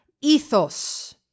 ethos